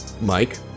Mike